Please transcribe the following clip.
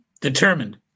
determined